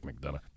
McDonough